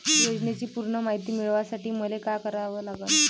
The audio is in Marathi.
योजनेची पूर्ण मायती मिळवासाठी मले का करावं लागन?